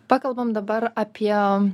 pakalbam dabar apie